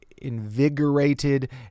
invigorated